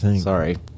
Sorry